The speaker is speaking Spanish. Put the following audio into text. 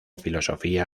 filosofía